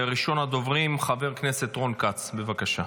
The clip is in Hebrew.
ראשון הדוברים, חבר הכנסת רון כץ, בבקשה.